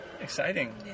exciting